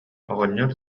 оҕонньор